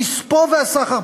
מספוא וסחר.